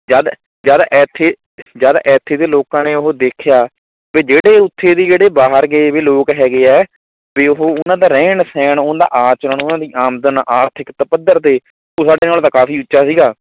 ਜਦ ਜਦ ਇੱਥੇ ਜਦ ਇੱਥੇ ਦੇ ਲੋਕਾਂ ਨੇ ਉਹ ਦੇੇਖਿਆ ਕਿ ਜਿਹੜੇ ਉੱਥੇ ਦੇ ਜਿਹੜੇ ਬਾਹਰ ਗਏ ਵੇ ਲੋਕ ਹੈਗੇ ਹੈ ਵੀ ਉਹ ਉਹਨਾਂ ਦਾ ਰਹਿਣ ਸਹਿਣ ਉਹਨਾਂ ਦਾ ਆਚਰਣ ਉਹਨਾਂ ਦੀ ਆਮਦਨ ਆਰਥਿਕਤਾ ਪੱਧਰ 'ਤੇ ਉਹ ਸਾਡੇ ਨਾਲੋਂ ਤਾਂ ਕਾਫ਼ੀ ਉੱਚਾ ਸੀਗਾ